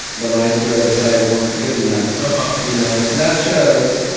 the maestro decided weren't good enough and you know, so that shows.